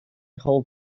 hold